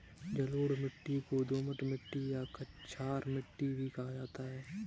जलोढ़ मिट्टी को दोमट मिट्टी या कछार मिट्टी भी कहा जाता है